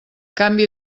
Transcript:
canvi